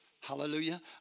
Hallelujah